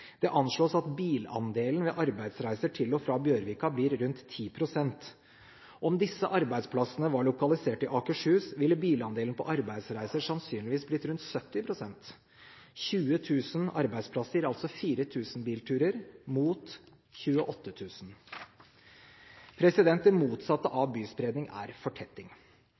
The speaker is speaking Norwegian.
Det anslås at bilandelen ved arbeidsreiser til og fra Bjørvika blir rundt 10 pst. Om disse arbeidsplassene var lokalisert i Akershus, ville bilandelen på arbeidsreiser sannsynligvis blitt rundt 70 pst. 20 000 arbeidsplasser gir altså 4 000 bilturer – mot 28 000. Det motsatte av byspredning er fortetting.